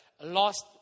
lost